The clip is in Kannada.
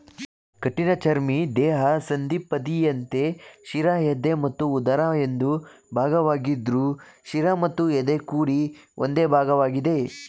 ಕಠಿಣಚರ್ಮಿ ದೇಹ ಸಂಧಿಪದಿಯಂತೆ ಶಿರ ಎದೆ ಮತ್ತು ಉದರ ಎಂದು ಭಾಗವಾಗಿದ್ರು ಶಿರ ಮತ್ತು ಎದೆ ಕೂಡಿ ಒಂದೇ ಭಾಗವಾಗಿದೆ